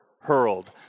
hurled